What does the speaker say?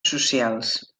socials